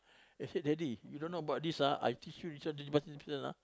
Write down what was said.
they said daddy you don't know about this one I teach you you must listen ah